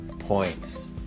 points